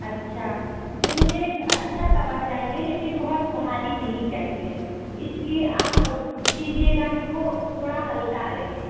अच्छा तो मुझे एक अच्छा तवा चाहिए लेकिन बहुत भारी नहीं चाहिए इस लिए आप कोशिश कीजिएगा कि वो थोड़ा हल्का रहे